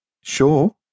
Sure